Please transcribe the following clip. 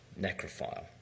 necrophile